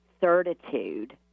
certitude